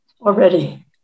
already